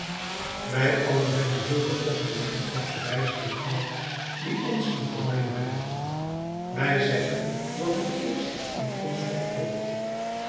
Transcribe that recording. wij allen hebben zulke oogenblikken van verbijstering gehad die ons in verwarring brengen wij zeggen wat het eerst in ons opkomt